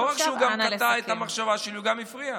לא רק שהוא קטע את המחשבה שלי, הוא גם הפריע.